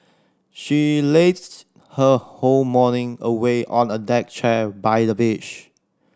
she lazed her whole morning away on a deck chair by the beach